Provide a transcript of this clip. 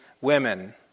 women